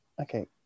okay